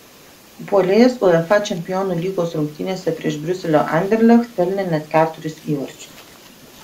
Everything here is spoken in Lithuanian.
puolėjas uefa čempionų lygos rungtynėse prieš briuselio anderlecht pelnė net keturis įvarčius